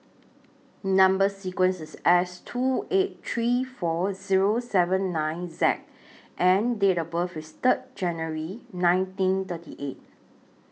Number sequence IS S two eight three four Zero seven nine Z and Date of birth IS Third January nineteen thirty eight